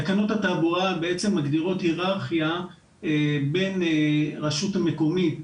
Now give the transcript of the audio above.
תקנות התעבורה בעצם מגדירות היררכיה בין רשות מקומית,